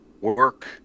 work